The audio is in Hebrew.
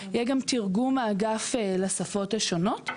יהיה גם תרגום האגף לשפות השונות.